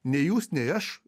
nei jūs nei aš